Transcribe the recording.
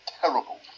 Terrible